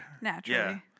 Naturally